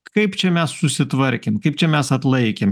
kaip čia mes susitvarkėm kaip čia mes atlaikėm